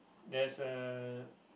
there's a